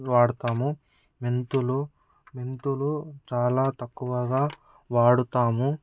వాడుతాము మెంతులు మెంతులు చాలా తక్కువగా వాడుతాము